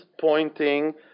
pointing